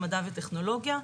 למדע וטכנולוגיה,